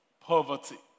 poverty